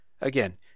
again